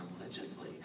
religiously